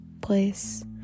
place